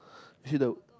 see the